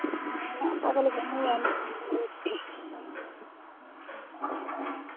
ᱚᱱᱟ ᱠᱚᱜᱮᱞᱮ ᱠᱟᱹᱢᱤᱭᱟ